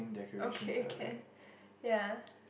okay can ya